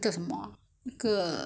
ya that [one]